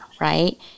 right